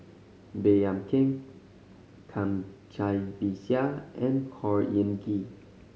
Baey Yam Keng Cai Bixia and Khor Ean Ghee